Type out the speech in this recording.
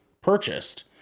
purchased